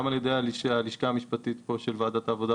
גם על ידי הלשכה המשפטית של ועדת העבודה